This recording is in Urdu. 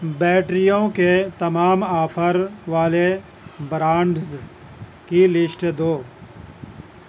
بیٹریوں کے تمام آفر والے برانڈز کی لسٹ دو